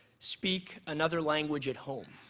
speak another language at home.